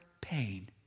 pain